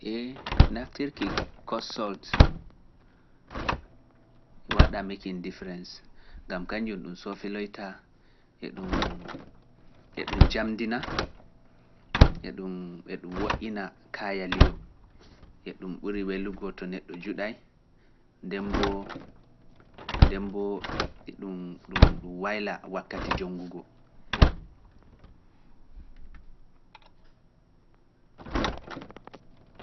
Ee naftirki kosoot waɗa makin differeence, gam kañum ɗum soofeloyta, eɗum jamdina, eɗum woƴƴina kaayaliyo, eɗum ɓuri welugo to neɗɗo juɗay, ndemboo eɗum wayla wakkati jonngugo.